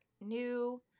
new